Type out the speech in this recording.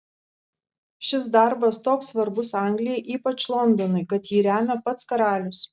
šis darbas toks svarbus anglijai ypač londonui kad jį remia pats karalius